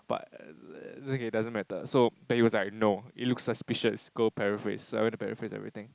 but err it's okay it doesn't matter so but he was like no it look suspicious go paraphrase so I went to paraphrase everything